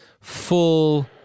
full